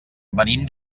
venim